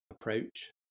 approach